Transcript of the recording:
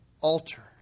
Alter